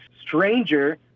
stranger